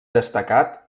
destacat